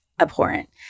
abhorrent